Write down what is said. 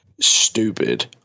stupid